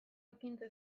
ekintza